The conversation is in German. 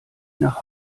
nach